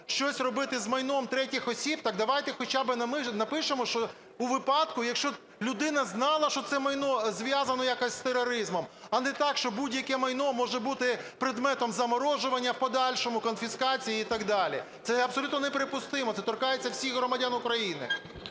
щось робити з майном третіх осіб, так давайте хоча би напишемо, що у випадку, якщо людина знала, що це майно зв’язано якось з тероризмом. А не так, що будь-яке майно може бути предметом заморожування в подальшому, конфіскації і так далі. Це абсолютно неприпустимо, це торкається всіх громадян України.